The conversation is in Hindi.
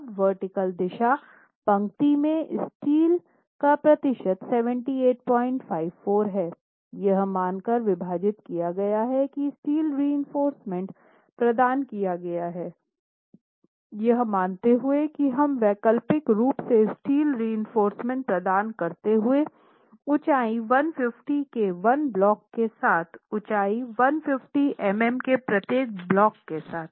अब वर्टीकल दिशा पंक्ति में स्टील का प्रतिशत 7854 हैं यह मानकर विभाजित किया गया है की स्टील रीइनफोर्रसमेंट प्रदान किया गया हैं यह मानते हुए कि हम वैकल्पिक रूप से स्टील रीइनफोर्रसमेंट प्रदान करते हैं ऊंचाई 150 के 1 ब्लॉक के साथ ऊंचाई 150 मिमी के प्रत्येक ब्लॉक के साथ